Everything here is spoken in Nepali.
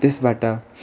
त्यसबाट